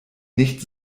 nicht